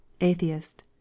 Atheist